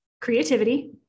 Creativity